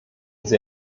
sie